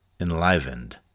enlivened